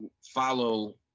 Follow